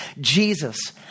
Jesus